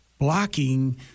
blocking